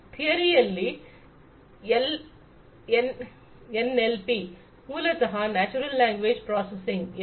ಥಿಯರಿಯಲ್ಲಿ NLP ಮೂಲತಹ natural language processing ಎಂದು